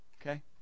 okay